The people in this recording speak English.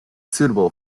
suitable